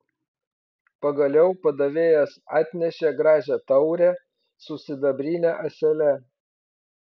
pagaliau padavėjas atnešė gražią taurę su sidabrine ąsele